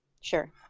Sure